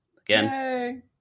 Again